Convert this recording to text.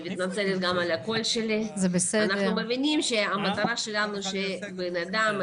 אנחנו מבינים שהמטרה שלנו היא שבן אדם,